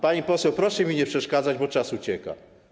Pani poseł, proszę mi nie przeszkadzać, bo czas ucieka.